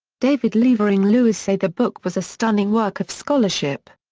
david levering-lewis said the book was a stunning work of scholarship.